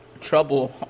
trouble